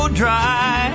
dry